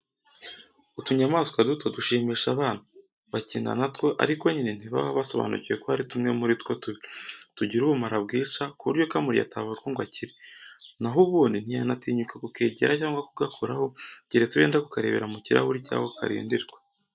Utunyamaswa duto dushimisha abana, bakina na two, ariko nyine ntibaba basobanukiwe ko hari tumwe muri two tubi, tugira ubumara bwica ku buryo kamuriye atavurwa ngo akire, na ho ubundi ntiyanatinyuka kukegera cyangwa kugakoraho keretse wenda kukarebera mu kirahuri cy'aho karindirwa.